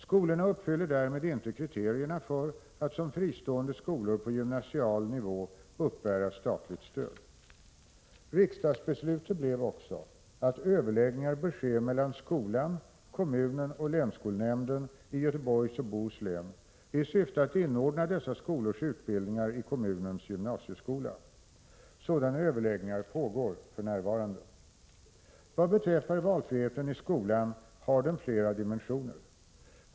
Skolorna uppfyller därmed inte kriterierna för att som fristående skolor på gymnasial nivå uppbära statligt stöd. Riksdagsbeslutet blev också att överläggningar bör ske mellan skolan, kommunen och länsskolnämnden i Göteborgs och Bohus län i syfte att inordna dessa skolors utbildningar i kommunens gymnasieskola. Sådana överläggningar pågår för närvarande. Vad beträffar valfriheten i skolan har den flera dimensioner.